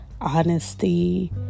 honesty